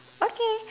okay